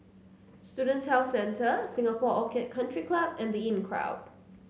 Student Health Centre Singapore Orchid Country Club and The Inncrowd